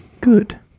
good